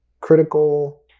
critical